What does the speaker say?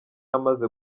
amaze